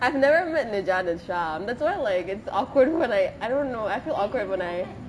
I've never met mijun and sham that's why like it's awkward when I I don't know I feel awkward when I